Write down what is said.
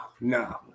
no